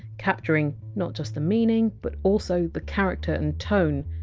capturing not just the meaning but also the character and tone.